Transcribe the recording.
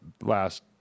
last